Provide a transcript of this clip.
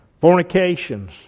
fornications